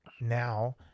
now